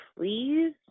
please